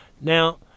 Now